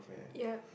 yeap